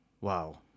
Wow